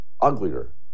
uglier